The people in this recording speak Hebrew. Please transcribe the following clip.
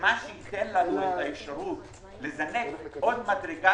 ומה שייתן לנו את האפשרות לזנק עוד מדרגה